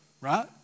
right